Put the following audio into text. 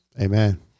Amen